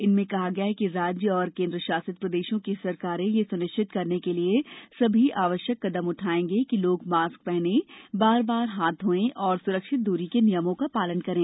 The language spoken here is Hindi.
इनमें कहा गया है कि राज्य और केंद्रशासित प्रदेशों की सरकारें यह सुनिश्चित करने के लिए सभी आवश्यक कदम उठाऐंगे कि लोग मास्क पहनें बार बार हाथ धोयें और सुरक्षित दूरी के नियमों का पालन करें